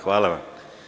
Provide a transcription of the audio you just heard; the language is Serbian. Hvala vam.